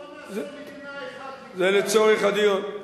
אז בוא נעשה מדינה אחת זה לצורך הדיון,